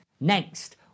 Next